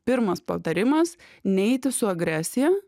pirmas patarimas neiti su agresija